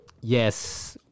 yes